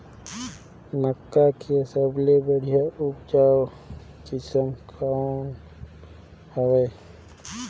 मक्का के सबले बढ़िया उपजाऊ किसम कौन हवय?